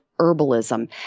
herbalism